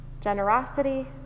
generosity